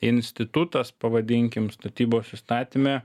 institutas pavadinkim statybos įstatyme